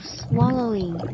swallowing